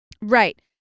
Right